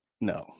no